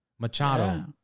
Machado